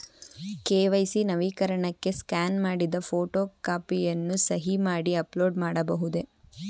KYC ನವೀಕರಣಕ್ಕೆ scan ಮಾಡಿದ photo ಕಾಪಿಯನ್ನು ಸಹಿ ಮಾಡಿ ಅಪ್ಲೋಡ್ ಮಾಡಬಹುದೇ?